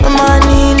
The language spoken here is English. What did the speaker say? money